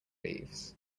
leaves